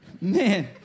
Man